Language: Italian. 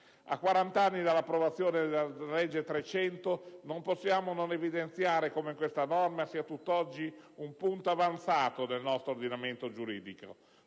A quant'anni dall'approvazione della legge 20 maggio 1970 n. 300, non possiamo non evidenziare come questa normativa sia a tutt'oggi un punto avanzato del nostro ordinamento giuridico.